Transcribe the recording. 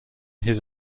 his